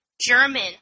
German